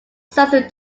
southern